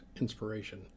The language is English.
inspiration